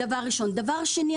דבר שני,